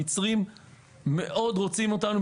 המצרים מאור רוצים אותנו,